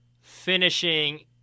finishing